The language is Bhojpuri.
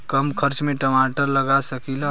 कम खर्च में टमाटर लगा सकीला?